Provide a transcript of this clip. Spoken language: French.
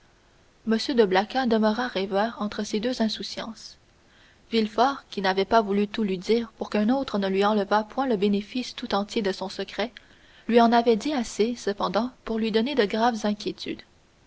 m de blacas demeura rêveur entre ces deux insouciances villefort qui n'avait pas voulu tout lui dire pour qu'un autre ne lui enlevât point le bénéfice tout entier de son secret lui en avait dit assez cependant pour lui donner de graves inquiétudes